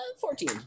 Fourteen